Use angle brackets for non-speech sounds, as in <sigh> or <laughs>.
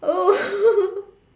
oh <laughs>